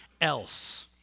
else